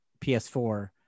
PS4